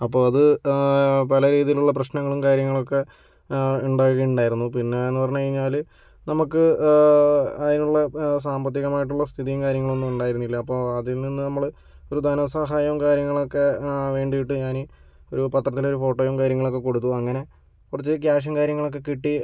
അപ്പോൾ അത് പല രീതിയിലുള്ള പ്രശ്നങ്ങളും കാര്യങ്ങളുമൊക്കെ ഉണ്ടാകുക ഉണ്ടായിരുന്നു പിന്നേന്ന് പറഞ്ഞ് കഴിഞ്ഞാല് നമക്ക് അതിനുള്ള സാമ്പത്തികമായിട്ടുള്ള സ്ഥിതിയും കാര്യങ്ങളൊന്നും ഉണ്ടായിരുന്നില്ല അപ്പോൾ അതിൽ നിന്ന് നമ്മള് ഒരു ധനസഹായവും കാര്യങ്ങളൊക്കെ വേണ്ടിയിട്ട് ഞാന് ഒരു പത്രത്തിലൊരു ഫോട്ടോയും കാര്യങ്ങളൊക്കെ കൊടുത്തു അങ്ങനെ കുറച്ച് ക്യാഷും കാര്യങ്ങളൊക്കെ കിട്ടി